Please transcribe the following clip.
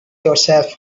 yourself